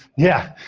yeah,